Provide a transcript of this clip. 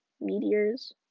meteors